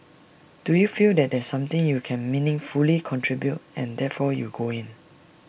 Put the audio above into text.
do you feel that there's something you can meaningfully contribute and therefore you go in